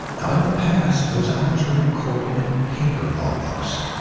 now in the past, those hours were recorded in paper logbooks.